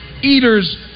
eaters